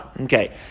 Okay